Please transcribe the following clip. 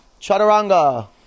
chaturanga